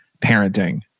parenting